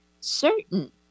certain